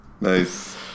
nice